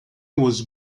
was